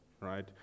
right